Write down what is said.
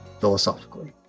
philosophically